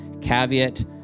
caveat